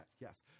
yes